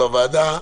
בוועדה,